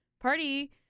party